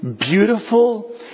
beautiful